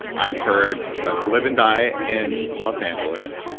i've heard to live and die in los angeles.